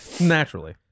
Naturally